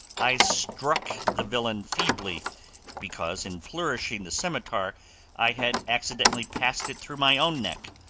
i struck the villain feebly because in flourishing the scimitar i had accidentally passed it through my own neck!